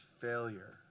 failure